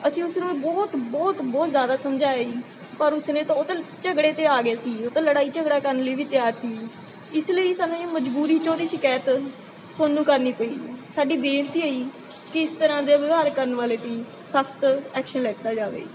ਅਸੀਂ ਉਸਨੂੰ ਬਹੁਤ ਬਹੁਤ ਬਹੁਤ ਜ਼ਿਆਦਾ ਸਮਝਾਇਆ ਜੀ ਪਰ ਉਸਨੇ ਤ ਉਹ ਤਾਂ ਝਗੜੇ 'ਤੇ ਆ ਗਿਆ ਸੀ ਜੀ ਉਹ ਤਾਂ ਲੜਾਈ ਝਗੜਾ ਕਰਨ ਲਈ ਵੀ ਤਿਆਰ ਸੀ ਜੀ ਇਸ ਲਈ ਜੀ ਸਾਨੂੰ ਜੀ ਮਜ਼ਬੂਰੀ 'ਚ ਉਸਦੀ ਸ਼ਿਕਾਇਤ ਤੁਹਾਨੂੰ ਕਰਨੀ ਪਈ ਜੀ ਸਾਡੀ ਬੇਨਤੀ ਆ ਜੀ ਕਿ ਇਸ ਤਰ੍ਹਾਂ ਦੇ ਵਿਵਹਾਰ ਕਰਨ ਵਾਲੇ 'ਤੇ ਜੀ ਸਖ਼ਤ ਐਕਸ਼ਨ ਲਿੱਤਾ ਜਾਵੇ ਜੀ